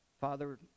Father